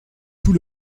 tout